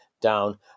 down